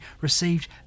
received